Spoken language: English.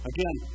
Again